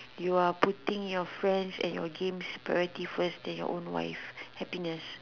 you are putting your friends and your games priority first then your own wife happiness